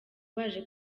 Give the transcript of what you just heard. baje